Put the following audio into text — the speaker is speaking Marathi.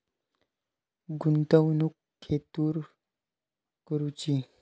गुंतवणुक खेतुर करूची?